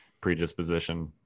predisposition